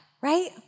right